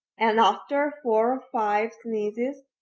and after four or five sneezes,